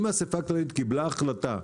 אם האסיפה הכללית קיבלה החלטה,